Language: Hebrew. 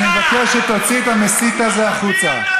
אני מבקש שתוציא את המסית הזה החוצה.